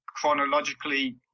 chronologically